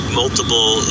multiple